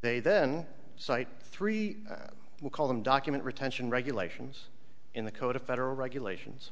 they then cite three we call them document retention regulations in the code of federal regulations